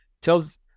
tells